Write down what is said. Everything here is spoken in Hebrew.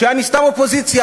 שאני סתם אופוזיציה,